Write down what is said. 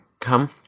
come